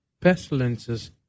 pestilences